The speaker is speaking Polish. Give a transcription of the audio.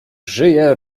żyje